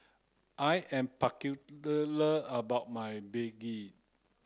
I am about my Begedil